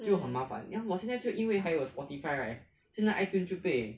mm